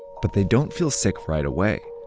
but they don't feel sick right away,